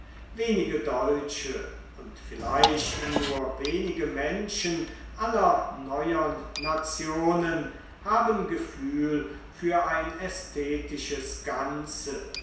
wenig deutsche und vielleicht nur wenige menschen aller neuern nationen haben gefühl für ein ästhetisches ganze